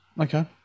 Okay